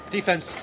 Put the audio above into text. Defense